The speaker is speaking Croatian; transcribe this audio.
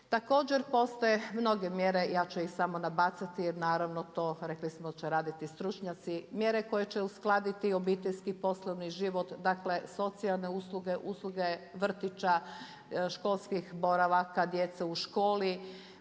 Također, postoje mnoge mjere, ja ću ih samo nabacati jer naravno to rekli smo će raditi stručnjaci, mjere koje će uskladiti i obiteljski poslovni život, dakle socijalne usluge, usluge vrtića, školskih boravaka djece u školi,